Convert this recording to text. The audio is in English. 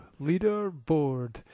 Leaderboard